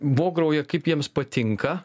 vograuja kaip jiems patinka